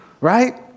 right